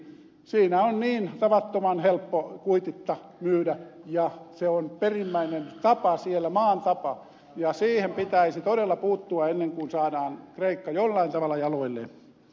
siinä on niin tavattoman helppo kuititta myydä ja se on perimmäinen tapa siellä maan tapa ja siihen pitäisi todella puuttua ennen kuin saadaan kreikka jollain tavalla jaloilleen